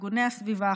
ארגוני הסביבה,